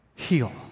heal